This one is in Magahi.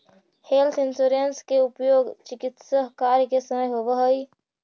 हेल्थ इंश्योरेंस के उपयोग चिकित्स कार्य के समय होवऽ हई